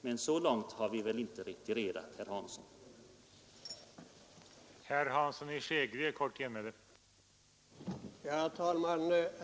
Men så långt har ni väl inte retirerat, herr Hansson i Skegrie?